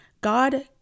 God